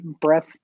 breath